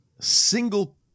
single